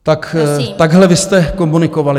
Tak takhle vy jste komunikovali.